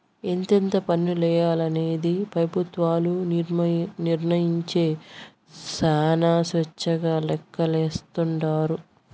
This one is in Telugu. ఎంతెంత పన్నులెయ్యాలనేది పెబుత్వాలు నిర్మయించే శానా స్వేచ్చగా లెక్కలేస్తాండారు